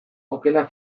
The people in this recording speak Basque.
okela